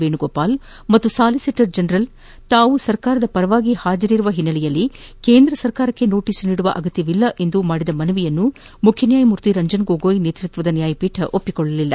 ವೇಣುಗೋಪಾಲ್ ಹಾಗೂ solicitor general ತಾವು ಸರ್ಕಾರದ ಪರವಾಗಿ ಹಾಜರಿರುವ ಹಿನ್ನೆಲೆಯಲ್ಲಿ ಕೇಂದ ಸರ್ಕಾರಕ್ಲೆ ನೋಟಿಸ್ ನೀಡುವ ಅಗತ್ಯವಿಲ್ಲ ಎಂದು ಮಾದಿದ ಮನವಿಯನ್ನು ಮುಖ್ಯನ್ನಾಯಮೂರ್ತಿ ರಂಜನ್ ಗೊಗೊಯ್ ನೇತ್ಪತ್ಸದ ನ್ಯಾಯಪೀಠ ಪುರಸ್ಕರಿಸಿಲ್ಲ